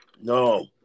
No